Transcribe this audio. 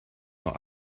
nur